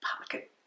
pocket